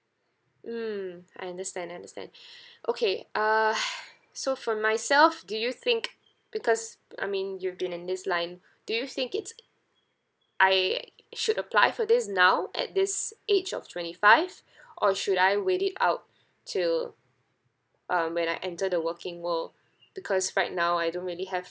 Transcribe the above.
mm I understand I understand okay uh so for myself do you think because I mean you've been in this line do you think it's I should apply for this now at this age of twenty five or should I wait it out till um when I enter the working world because right now I don't really have